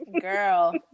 Girl